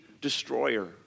destroyer